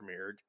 premiered